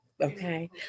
Okay